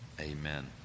Amen